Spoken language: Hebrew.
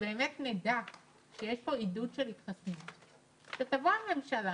שבאמת נדע שיש פה עידוד של התחסנות, שתבוא הממשלה